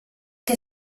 che